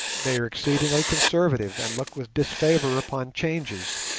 they are exceedingly conservative, and look with disfavour upon changes.